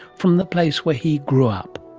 from the place where he grew up?